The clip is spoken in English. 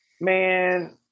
Man